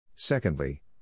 Secondly